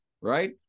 Right